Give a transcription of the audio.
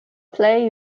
plej